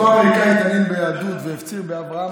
אותו אמריקאי התעניין ביהדות והפציר באברהם,